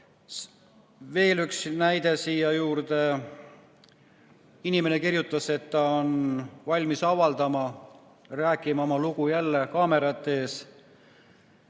Veel üks näide siia juurde. Inimene kirjutas, et ta on valmis avaldama, rääkima oma lugu jälle kaamerate ees.